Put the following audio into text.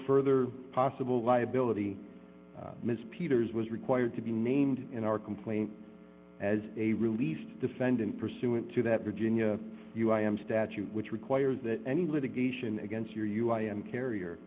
further possible liability ms peters was required to be named in our complaint as a release defendant pursuant to that virginia you i am statute which requires that any litigation against your you i am carrier